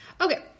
Okay